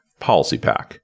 PolicyPack